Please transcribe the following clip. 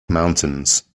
mountains